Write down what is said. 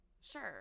sure